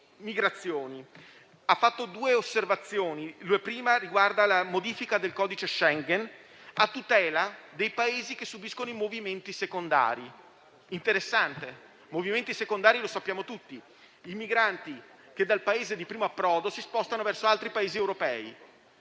ha fatto due osservazioni. La prima riguarda la modifica del codice Schengen a tutela dei Paesi che subiscono i movimenti secondari. È interessante. Con movimenti secondari - lo sappiamo tutti - si intende riferirsi ai migranti che dal Paese di primo approdo si spostano verso altri Paesi europei.